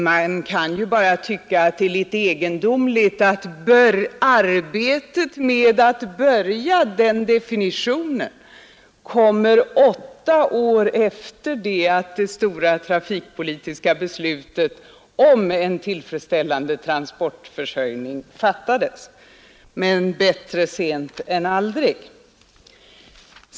Man kan ju bara tycka att det är litet egendomligt att arbetet med att börja den definitionen kommer åtta år efter det att det stora trafikpolitiska beslutet om en tillfredställande trafikförsörjning fattades. Men bättre sent än aldrig.